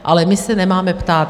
Ale my se nemáme kde ptát.